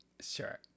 Sure